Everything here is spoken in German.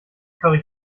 curry